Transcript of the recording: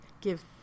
give